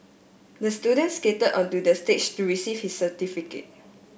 the student skated onto the stage to receive his certificate